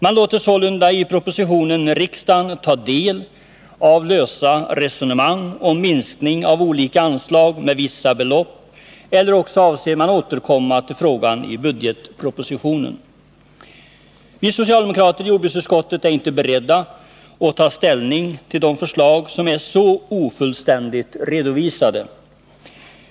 Man låter sålunda i propositionen riksdagen ta del av lösa resonemang om minskning av olika anslag med vissa belopp eller avser att återkomma till frågorna i budgetpropositionen. Vi socialdemokrater i jordbruksutskottet är inte beredda att ta ställning till de förslag som är så ofullständigt redovisade.